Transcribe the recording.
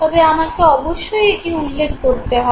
তবে আমাকে অবশ্যই এটি উল্লেখ করতে হবে